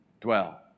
Dwell